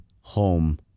home